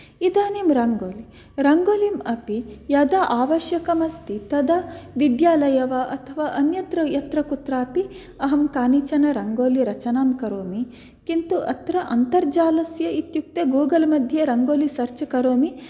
इदानीं रङ्गोली रङ्गोलीम् अपि यदा आवश्यकम् अस्ति तदा विद्यालये वा अथवा अन्यत्र यत्र कुत्रापि अहं कानिचन रङ्गोली रचनां करोमि किन्तु अत्र अन्तर्जालस्य इत्युक्ते गुगुल् मध्ये रङ्गोली सर्च् करोमि